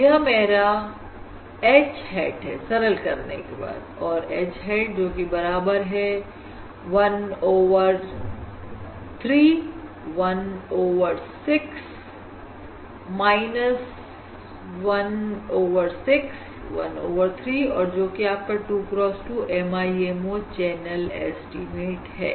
यह मेरा H hat है सरल करने के बाद और H hat जो कि बराबर है 1 ओवर 3 1 ओवर 6 1 ओवर 6 1 ओवर 3 और जो कि आपका 2 cross 2 MIMO चैनल एस्टीमेट है